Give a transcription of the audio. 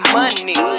money